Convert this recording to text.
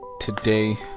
today